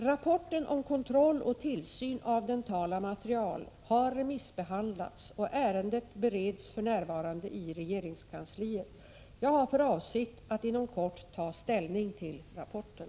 Rapporten om Kontroll och tillsyn av dentala material har remissbehandlats och ärendet bereds för närvarande i regeringskansliet. Jag har för avsikt att inom kort ta ställning till rapporten.